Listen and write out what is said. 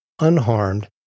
unharmed